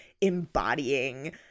embodying